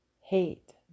hate